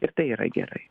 ir tai yra gerai